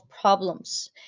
problems